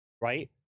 right